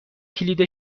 کلید